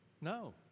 No